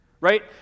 right